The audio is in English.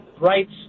Rights